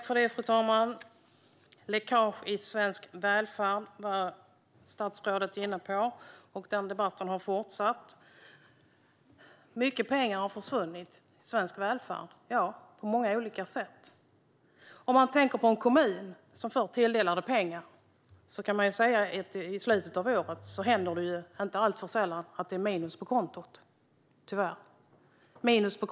Fru talman! Läckage i svensk välfärd, var statsrådet inne på. Den debatten har fortsatt. Mycket pengar har försvunnit i svensk välfärd på många olika sätt. I en kommun som får tilldelade pengar händer det tyvärr inte alltför sällan att det är minus på kontot i slutet av året.